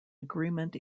agreement